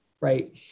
right